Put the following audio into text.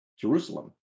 Jerusalem